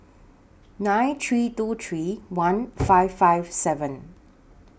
nine three two three one five five seven